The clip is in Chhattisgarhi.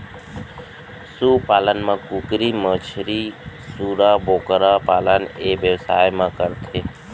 सु पालन म कुकरी, मछरी, सूरा, बोकरा पालन ए बेवसाय म करथे